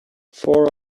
four